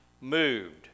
moved